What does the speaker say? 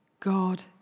God